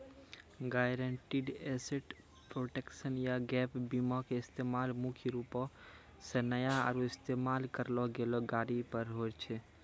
guaranteed asset protection या gap बीमा के इस्तेमाल मुख्य रूपो से नया आरु इस्तेमाल करलो गेलो गाड़ी पर होय छै